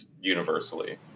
universally